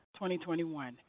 2021